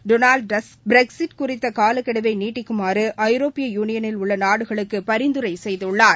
Donald Tusk Brexit குறித்த காலக்கெடுவை நீட்டிக்குமாறு ஐரோப்பிய யூனியனில் உள்ள நாடுகளுக்கு பரிந்துரை செய்துள்ளார்